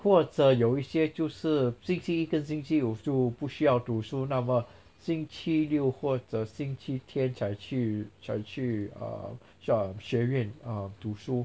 或者有一些就是星期一跟星期五就不需要读书那么星期六或者星期天才去才去 um um 学院 um 读书